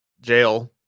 jail